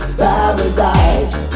paradise